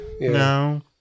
no